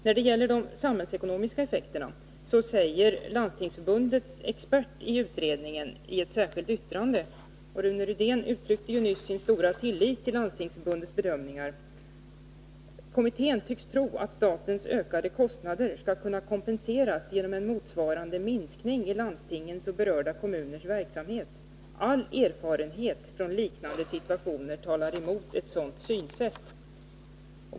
När det gäller de samhällsekonomiska effekterna säger Landstingsförbundets expert i utredningen i ett särskilt yttrande — Rune Rydén uttryckte ju nyss sin stora tillit till Landstingsförbundets bedömningar: ”Kommittén tycks tro att statens ökade kostnader skall kunna kompenseras genom en motsvarande minskning i landstingens och berörda kommuners verksamhet. All erfarenhet från liknande situationer talar emot ett sådant synsätt.